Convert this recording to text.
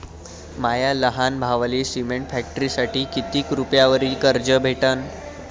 माया लहान भावाले सिमेंट फॅक्टरीसाठी कितीक रुपयावरी कर्ज भेटनं?